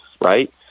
Right